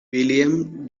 william